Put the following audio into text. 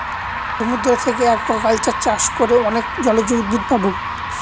সমুদ্র থাকে একুয়াকালচার চাষ করে অনেক জলজ উদ্ভিদ পাবো